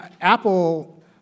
Apple